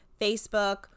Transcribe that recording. facebook